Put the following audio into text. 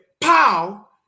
pow